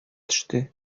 төште